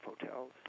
hotels